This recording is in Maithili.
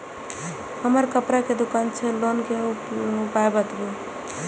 हमर कपड़ा के दुकान छै लोन के उपाय बताबू?